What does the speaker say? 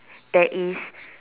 there is